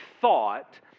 thought